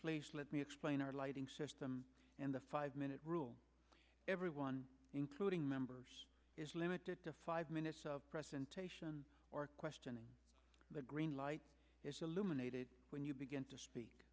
please let me explain our lighting system and the five minute rule everyone including members is limited to five minutes of presentation or questioning the green light is illuminated when you begin to speak